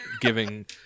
giving